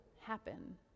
happen